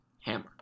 Hammer